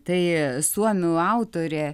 tai suomių autorė